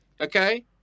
okay